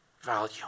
value